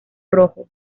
rojo